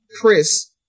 Chris